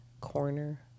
corner